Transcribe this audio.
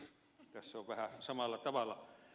tässä on vähän samalla tavalla